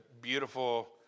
beautiful